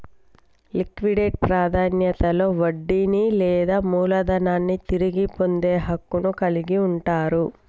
liquidate ప్రాధాన్యతలో వడ్డీని లేదా మూలధనాన్ని తిరిగి పొందే హక్కును కలిగి ఉంటరు